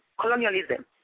colonialism